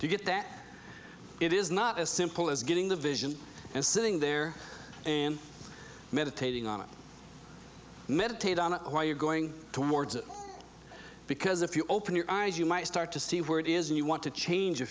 to get that it is not as simple as getting the vision and sitting there and meditating on it meditate on it while you're going towards it because if you open your eyes you might start to see where it is and you want to change a